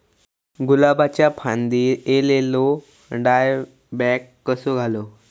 गुलाबाच्या फांदिर एलेलो डायबॅक कसो घालवं?